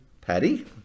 Paddy